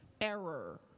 error